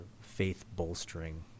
faith-bolstering